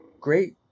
great